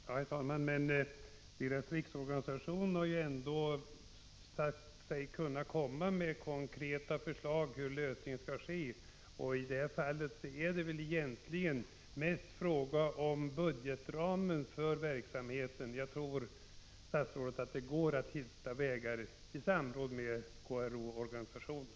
Prot. 1985/86:50 Herr talman! Konstnärernas riksorganisation har ju ändå sagt sig kunna 12 december 1985 komma med konkreta förslag till hur ersättningen skall ske. I det här fallet är RSA det väl egentligen mest fråga om budgetramen för verksamheten. Jag tror, RE RS = statsrådet, att det i samråd med KRO går att hitta vägar till en lösning. på etsfö gå RR enför arkivmyndigheter